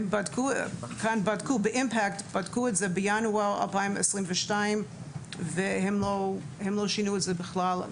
Impact בדקו בינואר 2022 והם לא שינו דבר.